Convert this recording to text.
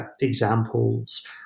examples